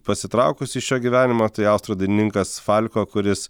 pasitraukusių iš šio gyvenimo tai austrų dainininkas falko kuris